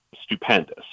stupendous